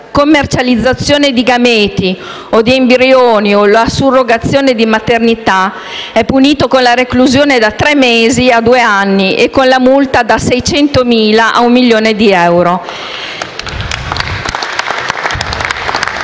la commercializzazione di gameti o di embrioni o la surrogazione di maternità è punito con la reclusione da tre mesi a due anni e con la multa da 600.000 a un milione di euro».